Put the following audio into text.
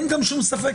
אין גם שום ספק,